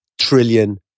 trillion